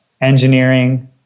engineering